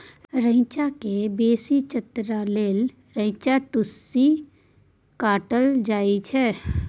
रैंचा केँ बेसी चतरै लेल रैंचाक टुस्सी काटल जाइ छै